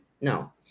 No